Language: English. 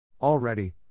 Already